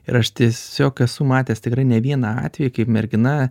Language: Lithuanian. ir aš tiesiog esu matęs tikrai ne vieną atvejį kai mergina